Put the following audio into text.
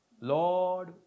lord